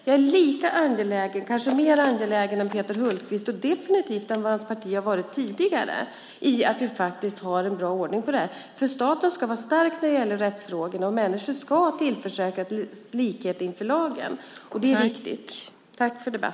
Jag är lika angelägen som Peter Hultqvist - kanske mer angelägen, och definitivt mer angelägen än vad hans parti har varit tidigare - om att vi har en bra ordning i det här. Staten ska vara stark när det gäller rättsfrågorna. Människor ska tillförsäkras likhet inför lagen. Det är viktigt.